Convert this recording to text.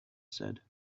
said